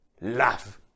love